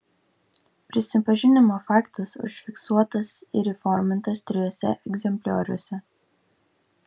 prisipažinimo faktas užfiksuotas ir įformintas trijuose egzemplioriuose